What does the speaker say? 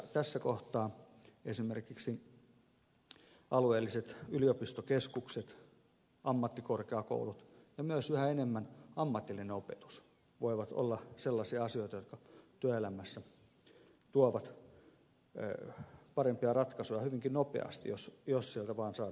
tässä kohtaa esimerkiksi alueelliset yliopistokeskukset ammattikorkeakoulut ja yhä enemmän myös ammatillinen opetus voivat olla sellaisia asioita jotka työelämässä tuovat parempia ratkaisuja hyvinkin nopeasti jos sieltä vaan saadaan pää auki tähän suuntaan